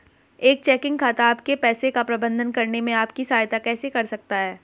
एक चेकिंग खाता आपके पैसे का प्रबंधन करने में आपकी सहायता कैसे कर सकता है?